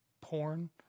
Porn